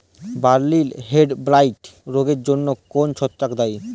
বার্লির হেডব্লাইট রোগের জন্য কোন ছত্রাক দায়ী?